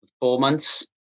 performance